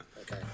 okay